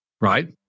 Right